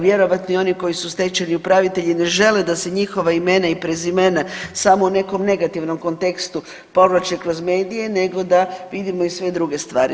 Vjerojatno i oni koji su stečajni upravitelji ne žele da se njihova imena i prezimena samo u nekom negativnom kontekstu povlače kroz medije, nego da vidimo i sve druge stvari.